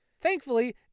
Thankfully